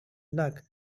luck